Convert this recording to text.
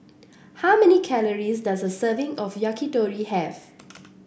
how many calories does a serving of Yakitori have